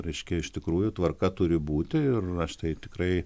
reiškia iš tikrųjų tvarka turi būti ir aš tai tikrai